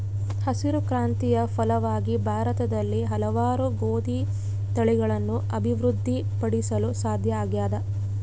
ಹಸಿರು ಕ್ರಾಂತಿಯ ಫಲವಾಗಿ ಭಾರತದಲ್ಲಿ ಹಲವಾರು ಗೋದಿ ತಳಿಗಳನ್ನು ಅಭಿವೃದ್ಧಿ ಪಡಿಸಲು ಸಾಧ್ಯ ಆಗ್ಯದ